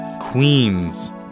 Queens